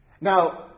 Now